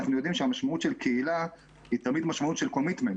אנחנו יודעים שהמשמעות של קהילה היא תמיד משמעות של מחויבות.